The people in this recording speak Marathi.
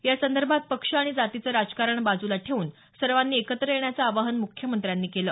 या संदर्भात पक्ष आणि जातीचं राजकारण बाजूला ठेवून सर्वांनी एकत्र येण्याचं आवाहन मुख्यमंत्र्यांनी केलं